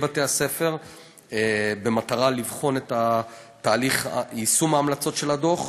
בתי-הספר במטרה לבחון את תהליך יישום ההמלצות של הדוח.